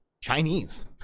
Chinese